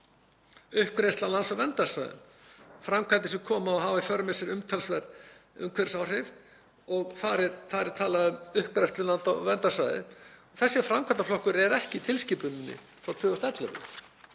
dæmið um uppgræðslu lands á verndarsvæðum, framkvæmdir sem kunna að hafa í för með sér umtalsverð umhverfisáhrif. Þar er talað um uppgræðslu lands á verndarsvæði. Þessi framkvæmdaflokkur er ekki í tilskipuninni frá 2011.